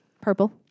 Purple